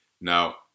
Now